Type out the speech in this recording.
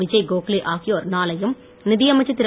விஜய் கோகலே ஆகியோர் நாளையும் நிதியமைச்சர் திரு